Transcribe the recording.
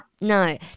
no